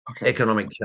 economic